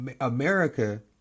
America